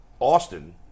Austin